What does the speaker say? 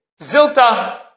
Zilta